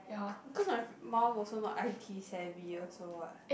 c~ cause my mum also not I_T savvy also what